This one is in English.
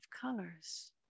colors